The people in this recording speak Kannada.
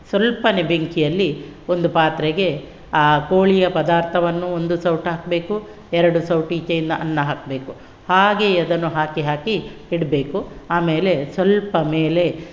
ಸ್ವಲ್ಪವೆ ಬೆಂಕಿಯಲ್ಲಿ ಒಂದು ಪಾತ್ರೆಗೆ ಆ ಕೋಳಿಯ ಪದಾರ್ಥವನ್ನು ಒಂದು ಸೌಟು ಹಾಕಬೇಕು ಎರಡು ಸೌಟು ಈಚೆಯಿಂದ ಅನ್ನ ಹಾಕಬೇಕು ಹಾಗೆ ಅದನ್ನು ಹಾಕಿ ಹಾಕಿ ಇಡಬೇಕು ಆಮೇಲೆ ಸ್ವಲ್ಪ ಮೇಲೆ